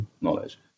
knowledge